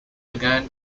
again